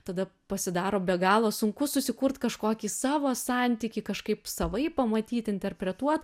tada pasidaro be galo sunku susikurt kažkokį savo santykį kažkaip savaip pamatyt interpretuot